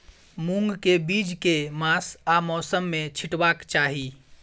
मूंग केँ बीज केँ मास आ मौसम मे छिटबाक चाहि?